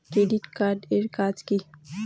Credit card এর কাজ কি?